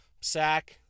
Sack